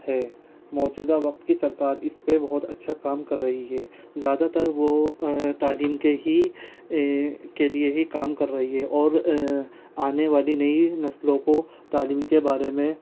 ہے موجودہ وقت کی سرکار اس پہ بہت اچھا کام کر رہی ہے زیادہ تر وہ تعلیم کے ہی کے لئے ہی کام کر رہی ہے اور آنے والی نئی نسلوں کو تعلیم کے بارے میں